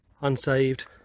Unsaved